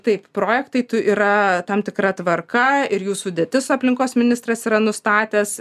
taip projektai tu yra tam tikra tvarka ir jų sudėtis aplinkos ministras yra nustatęs